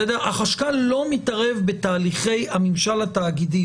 החשכ"ל לא מתערב בתהליכי הממשל התאגידי.